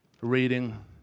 reading